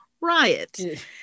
riot